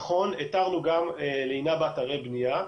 נכון, התרנו גם לינה באתרי בנייה,